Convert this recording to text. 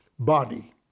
Body